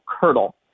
curdle